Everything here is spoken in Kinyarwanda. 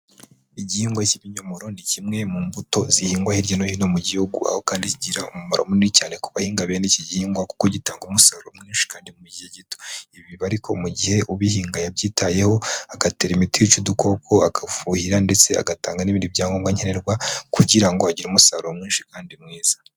Igihingwa cy'ibinyomoro ni kimwe mu mbuto zihingwa hirya no hino mu gihugu, aho kandi kigira umumaro munini cyane ku bahinga bene iki gihingwa kuko gitanga umusaruro mwinshi kandi mu gihe gito. Ibi biba ariko mu gihe ubihinga yabyitayeho agatera imiti yica udukoko, agafuhira ndetse agatanga n'ibindi byangombwa nkenerwa kugira ngo agire umusaruro mwinshi kandi mwiza.